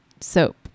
soap